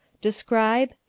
Describe